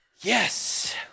Yes